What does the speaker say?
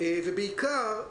ובעיקר,